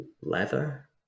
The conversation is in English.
Leather